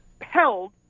held